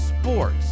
sports